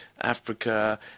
Africa